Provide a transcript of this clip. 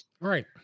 Right